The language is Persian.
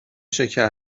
شکر